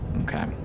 Okay